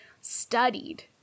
studied